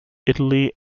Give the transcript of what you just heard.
italy